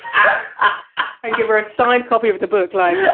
um ah and give her a signed copy of the book like.